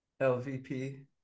LVP